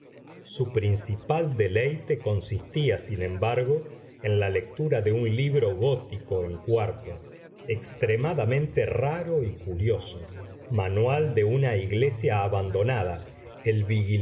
su principal deleite consistía sin embargo en la lectura de un libro gótico en cuarto extremadamente raro y curioso manual de una iglesia abandonada el